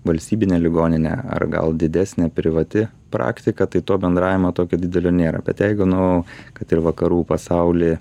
valstybinė ligoninė ar gal didesnė privati praktika tai to bendravimo tokio didelio nėra bet jeigu nu kad ir vakarų pasauly